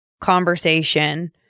conversation